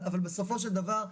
אבל בסופו של דבר,